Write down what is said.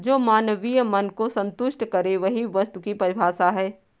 जो मानवीय मन को सन्तुष्ट करे वही वस्तु की परिभाषा है